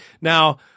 Now